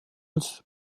als